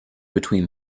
between